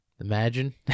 Imagine